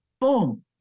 Boom